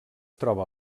troba